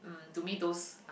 to me those are